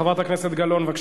חברת הכנסת זהבה גלאון, בבקשה.